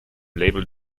label